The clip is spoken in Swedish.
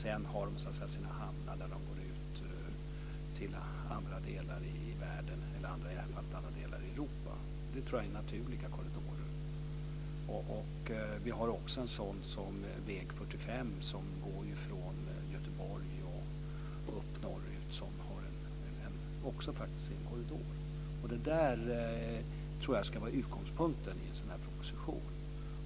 Sedan har de sina hamnar där de går ut till andra delar i världen eller, i det här fallet, andra delar i Europa. Det tror jag är naturliga korridorer. Vi har väg 45 som går från Göteborg och norrut som faktiskt också är en korridor. Detta tror jag ska vara utgångspunkten i en sådan här proposition.